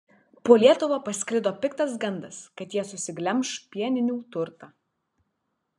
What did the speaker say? po lietuvą pasklido piktas gandas kad jie susiglemš pieninių turtą